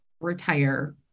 retire